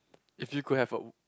if you could have a